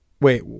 Wait